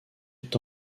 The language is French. est